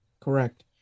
Correct